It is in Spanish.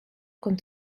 con